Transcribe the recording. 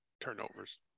turnovers